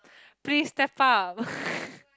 please step up